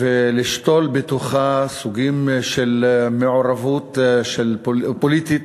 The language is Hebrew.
ולשתול בתוכה סוגים של מעורבות פוליטית